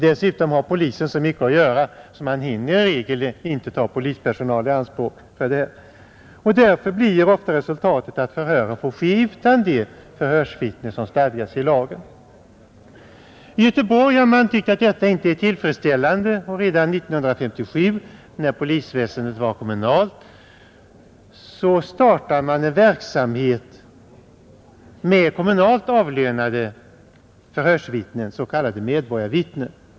Dessutom har polisen så mycket att göra att man i regel inte hinner ta polispersonal i anspråk för detta. Därför blir det ofta så att förhör får ske utan det förhörsvittne som stadgas i lagen. I Göteborg har man tyckt att detta inte är tillfredsställande, och redan 1957, när polisväsendet var kommunalt, startade man en verksamhet med kommunalt avlönade förhörsvittnen, s.k. medborgarvittnen.